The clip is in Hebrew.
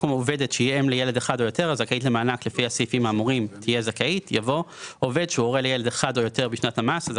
במקום "לאם עובדת" יבוא "להורה עובד"; בסעיף קטן (א),